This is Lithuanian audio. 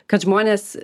kad žmonės